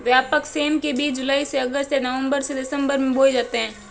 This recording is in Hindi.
व्यापक सेम के बीज जुलाई से अगस्त या नवंबर से दिसंबर में बोए जाते हैं